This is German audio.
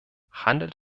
handelt